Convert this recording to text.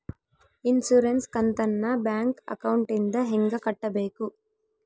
Insurance ಕಂತನ್ನ bank ಅಕೌಂಟಿಂದ ಹೆಂಗ ಕಟ್ಟಬೇಕು?